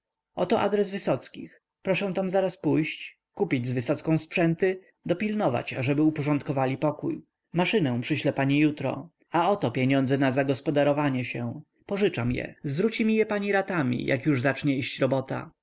oto adres wysockich proszę tam zaraz pójść kupić z wysocką sprzęty dopilnować ażeby uporządkowali pokój maszynę przyślę pani jutro a oto pieniądze na zagospodarowanie się pożyczam je zwróci mi je pani ratami jak już zacznie iść robota